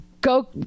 go